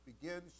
begins